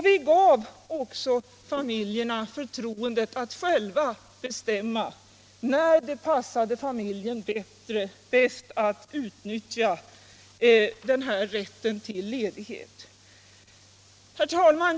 Vi gav också familjerna förtroendet att själva bestämma när det passade dem bäst att utnyttja rätten till ledighet. Herr talman!